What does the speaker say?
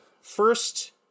first